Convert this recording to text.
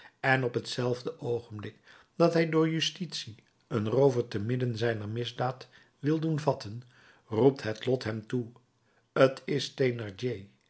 en op hetzelfde oogenblik dat hij door de justitie een roover te midden zijner misdaad wil doen vatten roept het lot hem toe t is